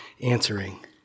answering